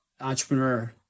entrepreneur